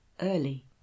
early